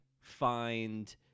find